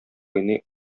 уйный